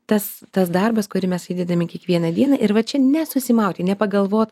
tas tas darbas kurį mes įdedam į kiekvieną dieną ir va čia nesusimauti nepagalvot